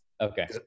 Okay